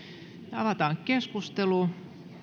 avataan keskustelu